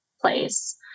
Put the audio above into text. place